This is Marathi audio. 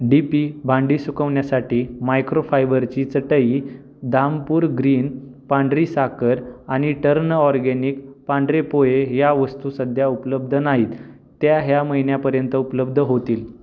डी पी भांडी सुकवण्यासाठी मायक्रोफायबरची चटई धामपूर ग्रीन पांढरी साखर आणि टर्न ऑर्गेनिक पांढरे पोहे या वस्तू सध्या उपलब्ध नाहीत त्या ह्या महिन्यापर्यंत उपलब्ध होतील